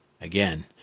again